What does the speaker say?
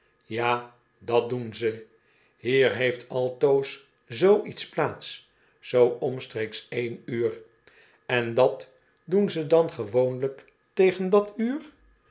ja dat doen ze hier heeft altoos zoo iets plaats zoo omstreeks één uur en dat doen ze dan gewoonlijk tegen dat uur